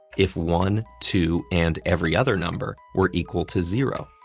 if one, two, and every other number were equal to zero.